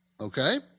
Okay